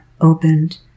opened